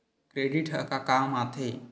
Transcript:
Credit ह का काम आथे?